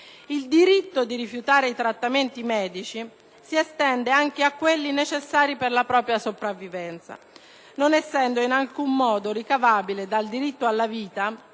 Il diritto di rifiutare i trattamenti medici si estende anche a quelli necessari per la propria sopravvivenza, non essendo in alcun modo ricavabile dal diritto alla vita